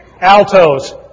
Altos